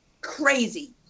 crazy